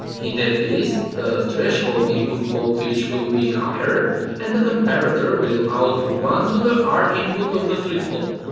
in that case the threshold input voltage will be higher and the comparator will output one to the r input of the flip-flop.